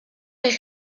est